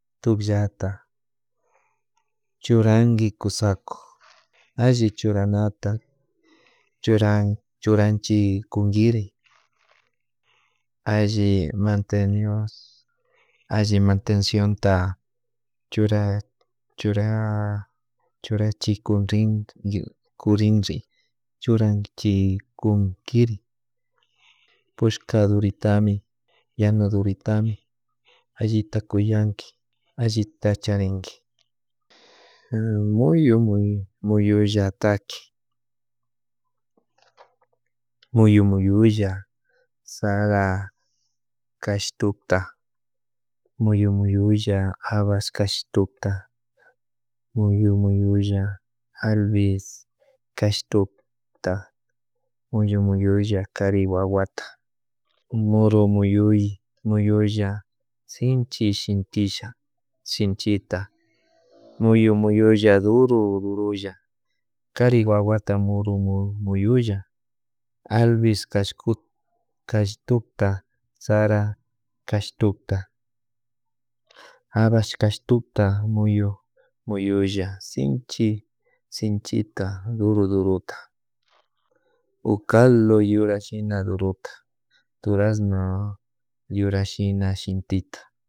Tukllata churanki kusaku alli churanata churanki churakchikunkiri alli mantenios alli mantecionta chura chura churachik kunrin kurinri churachikunkiri pushkadoritami ñanuduritami allita kuyanki allita charinki, muyumuyolla taki muyu muyulla sara cashtukta muyu muyulla habas chastukta muyu mumuyulla albis kastuktak muyumuyulla kari wawata muru muyuy muyuylla sinchi shintisha sinchita muyumuyulla duro durulla kari wawata muru muyulla albis cashku kashtukta sara kashtukta habas cashtukta muyumuyulla sinchi sinchita duro durota, ocal yura shina durota durazno yura shina shintita.